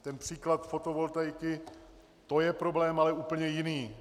Ten příklad fotovoltaiky je problém ale úplně jiný.